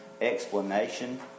explanation